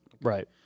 right